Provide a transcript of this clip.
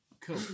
Cool